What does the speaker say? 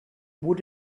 would